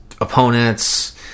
opponents